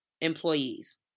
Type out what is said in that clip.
employees